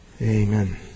Amen